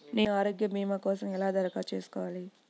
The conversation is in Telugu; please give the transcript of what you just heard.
నేను ఆరోగ్య భీమా కోసం ఎలా దరఖాస్తు చేసుకోవాలి?